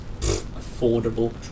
affordable